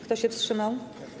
Kto się wstrzymał?